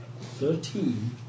Thirteen